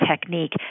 technique